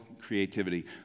creativity